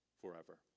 forever